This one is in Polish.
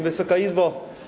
Wysoka Izbo!